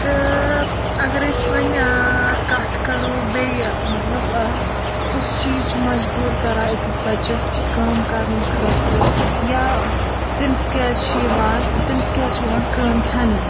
تہٕ اَگر ٲسۍ وۅنۍ کَتھ کَرو بیٚیہِ مَطلب کُس چیٖز چھُ مَجبوٗر کَران ٲکِس بَچس کانٛہہ کٲم کَرنہٕ خٲطرٕ یا تٔمِس کیٛازِ چھِ یِوان تٔمِس کیٛازِ چھِ یِوان کٲم ہؠنہٕ